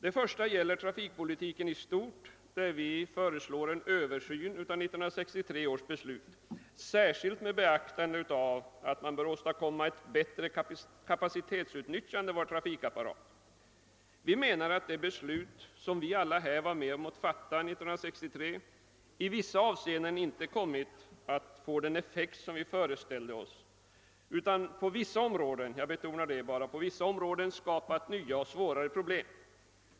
Det förstå gäller trafikpolitiken i stort, där vi önskar få till stånd en översyn av 1963 års beslut med särskilt beaktande av att ett bättre kapacitetsutnyttjande bör åstadkommas. Vi menar att det beslut som kammarens ledamöter var med om att fatta 1963 i en del avseenden inte kommit att få den effekt vi föreställde oss utan snarare om inte på alla så dock på vissa områden — jag vill understryka detta — skapat nya och svårare problem.